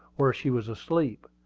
where she was asleep.